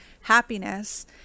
happiness